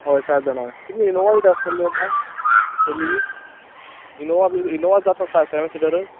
हय सात जाण हय तुमी इनोवा कित्याक आसतली ना तोल्ही बी इनोवा बी इनोवा जाता सात सॅवॅन सिटर